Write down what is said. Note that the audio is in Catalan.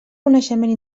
coneixement